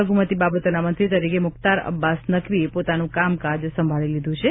લઘુમતી બાબતોના મંત્રી તરીકે મુખ્નાર અબ્બાસ નકવીએ પોતાનું કામકાજ સંભાળી લીધું છે